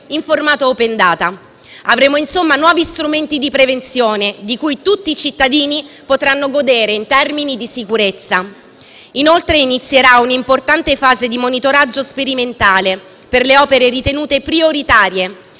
in formato open data. Avremo insomma nuovi strumenti di prevenzione, di cui tutti i cittadini potranno godere in termini di sicurezza. Inoltre, inizierà un’importante fase di monitoraggio sperimentale per le opere ritenute prioritarie,